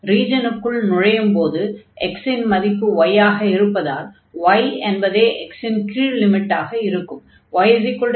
ரீஜனுக்குள் நுழையும்போது x இன் மதிப்பு y ஆக இருப்பதால் y என்பதே x இன் கீழ் லிமிட்டாக இருக்கும்